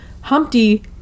Humpty